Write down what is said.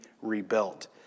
rebuilt